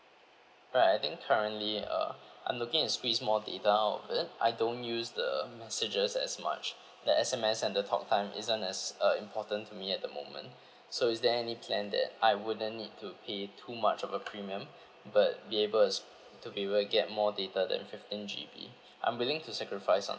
right I think currently uh I'm looking at squeeze more data of it I don't use the messages as much the S_M_S and the the talk time isn't as uh important to me at the moment so is there any plan that I wouldn't need to pay too much of a premium but be able s~ to be able to get more data than fifteen G_B I'm willing to sacrifice on